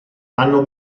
hanno